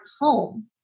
home